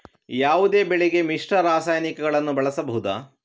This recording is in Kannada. ಯಾವುದೇ ಬೆಳೆಗೆ ಮಿಶ್ರ ರಾಸಾಯನಿಕಗಳನ್ನು ಬಳಸಬಹುದಾ?